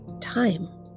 Time